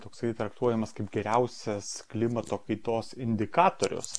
toksai traktuojamas kaip geriausias klimato kaitos indikatorius